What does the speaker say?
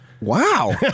wow